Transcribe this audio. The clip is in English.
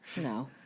No